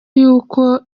y’uko